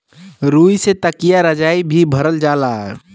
रुई से तकिया रजाई भी भरल जाला